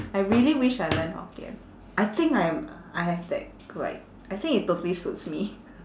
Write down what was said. I really wished I learnt hokkien I think I am I have that like I think it totally suits me